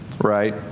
Right